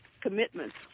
commitments